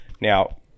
Now